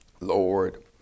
Lord